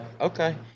okay